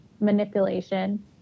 manipulation